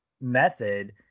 method